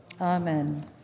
amen